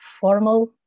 formal